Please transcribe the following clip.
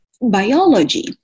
biology